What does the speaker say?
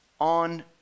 on